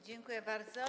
Dziękuję bardzo.